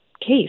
case